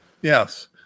Yes